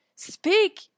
Speak